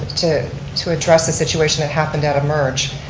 to to address the situation that happened out of merge.